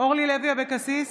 אורלי לוי אבקסיס,